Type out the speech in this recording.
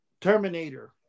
Terminator